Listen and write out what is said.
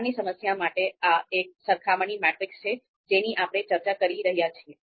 દુકાનની સમસ્યા માટે આ એક સરખામણી મેટ્રિક્સ છે જેની આપણે ચર્ચા કરી રહ્યા છીએ